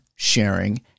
sharing